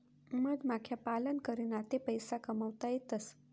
मधमाख्या पालन करीन आते पैसा कमावता येतसं